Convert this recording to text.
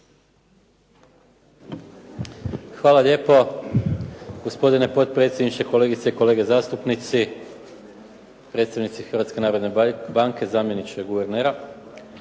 Hvala lijepo. Gospodine potpredsjedniče, kolegice i kolege zastupnici, predstavnici Hrvatske narodne